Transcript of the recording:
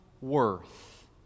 worth